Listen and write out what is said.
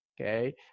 Okay